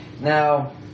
Now